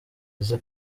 ese